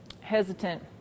hesitant